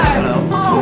Hello